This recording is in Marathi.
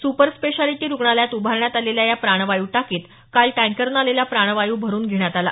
सुपर स्पेशलिटी रुग्णालयात उभारण्यात आलेल्या या प्राणवायू टाकीत काल टँकरने आलेला प्राणवायू भरून घेण्यात आला